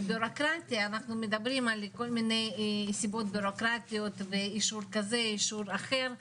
אנחנו מדברים על כל מיני סיבות ביורוקרטיות ואישור כזה ואישור אחר,